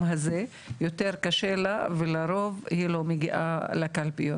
הזה יותר קשה לה ולרוב היא לא מגיעה לקלפיות